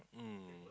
mm